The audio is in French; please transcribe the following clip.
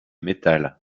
métal